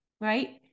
Right